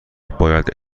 باید